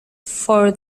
for